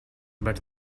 but